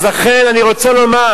לכן אני רוצה לומר: